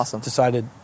Decided